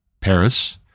Paris